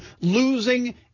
losing